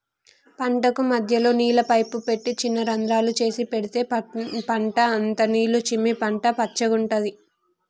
పంటకు మధ్యలో నీళ్ల పైపు పెట్టి చిన్న రంద్రాలు చేసి పెడితే పంట అంత నీళ్లు చిమ్మి పంట పచ్చగుంటది